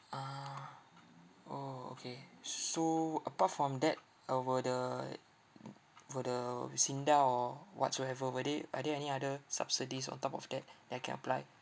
ah orh okay s~ so apart from that uh were the mm for the uh SINDA or whatsoever were they are there any other subsidies on top of that that I can apply